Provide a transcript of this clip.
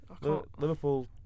Liverpool